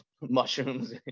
mushrooms